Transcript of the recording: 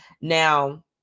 now